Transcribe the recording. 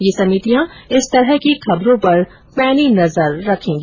ये समितियां इस तरह की खबरों पर पैनी नजर रखेगी